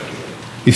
לפני ארבע שנים,